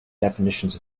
definitions